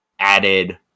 added